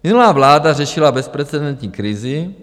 Minulá vláda řešila bezprecedentní krizi.